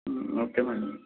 okay madam